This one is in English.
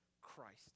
Christ